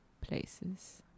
places